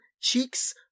cheeks